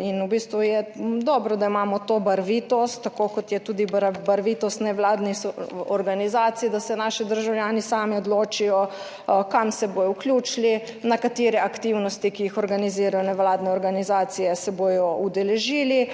in v bistvu je dobro, da imamo to barvitost, tako kot je tudi barvitost nevladnih organizacij, da se naši državljani sami odločijo kam se bodo vključili, na katere aktivnosti, ki jih organizirajo nevladne organizacije, se bodo udeležili,